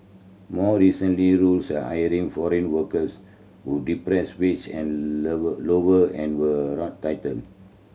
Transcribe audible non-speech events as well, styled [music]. more recently rules [unintelligible] hiring foreign workers who depress wage and level lower end were tightened